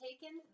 taken